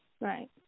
Right